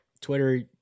Twitter